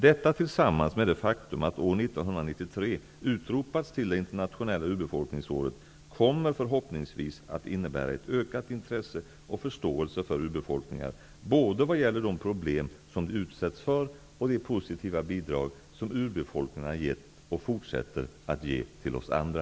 Detta tillsammans med det faktum att år 1993 utropats till det internationella urbefolkningsåret kommer förhoppningsvis att innebära ett ökat intresse och förståelse för urbefolkningar, både vad gäller de problem som de utsätts för, och de positiva bidrag som urbefolkningarna gett och fortsätter att ge till oss andra.